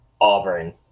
Auburn